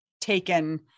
taken